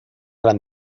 gran